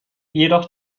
jedoch